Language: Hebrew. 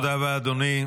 תודה רבה, אדוני.